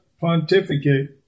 pontificate